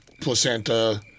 placenta